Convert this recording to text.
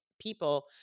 people